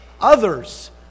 others